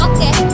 Okay